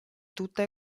tutta